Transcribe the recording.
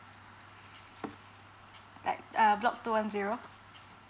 like ah block two one zero